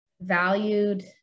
valued